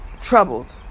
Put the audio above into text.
Troubled